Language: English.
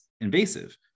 invasive